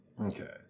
Okay